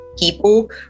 people